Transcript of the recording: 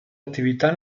attività